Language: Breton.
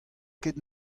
ket